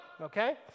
okay